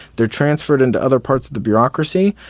they are transferred into other parts of the bureaucracy,